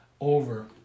over